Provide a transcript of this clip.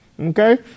okay